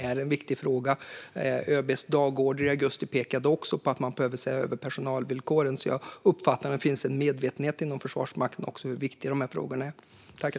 ÖB:s dagorder i augusti pekade också på att man behöver se över personalvillkoren, så jag uppfattar att det finns en medvetenhet inom Försvarsmakten om hur viktiga de här frågorna är.